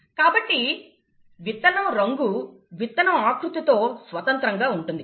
కాబట్టి విత్తనం రంగు విత్తనం ఆకృతితో స్వతంత్రంగా ఉంటుంది